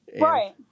Right